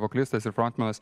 vokalistas ir frontmenas